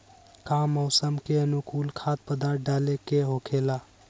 का मौसम के अनुकूल खाद्य पदार्थ डाले के होखेला?